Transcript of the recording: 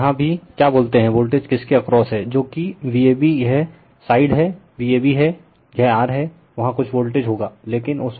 और यहाँ भी क्या बोलते है वोल्टेज किस के अक्रॉस है जो कि Vab यह साइड है Vab है यह R है वहाँ कुछ वोल्टेज रिफर टाइम 2048 होगा